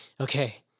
okay